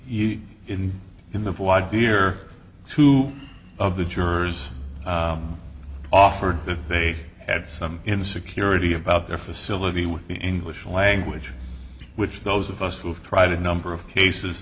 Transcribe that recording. e is in the year two of the jurors offered that they had some insecurity about their facility with the english language which those of us who have tried a number of cases